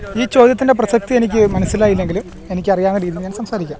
ഈ ചോദ്യത്തിന്റെ പ്രസക്തി എനിക്ക് മനസ്സിലായില്ല എങ്കിൽ എനിക്ക് അറിയാവുന്ന രീതിയിൽ ഞാന് സംസാരിക്കാം